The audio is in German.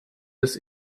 des